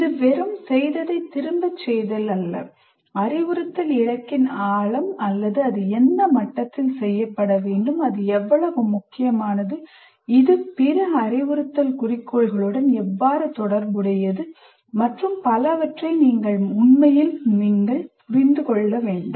இது வெறும் செய்ததை திரும்ப செய்தல் அல்ல அறிவுறுத்தல் இலக்கின் ஆழம் அல்லது அது எந்த மட்டத்தில் செய்யப்பட வேண்டும் அது எவ்வளவு முக்கியமானது இது பிற அறிவுறுத்தல் குறிக்கோள்களுடன் எவ்வாறு தொடர்புடையது மற்றும் பலவற்றை நீங்கள் உண்மையில் புரிந்து கொள்ள வேண்டும்